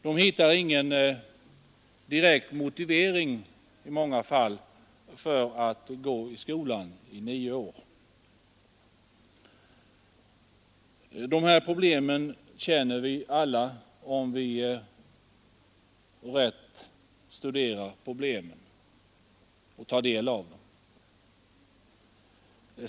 De hittar i många fall ingen direkt motivering för att gå i skolan i nio år. De här problemen känner vi alla till och kan inte undandra oss dem.